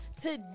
today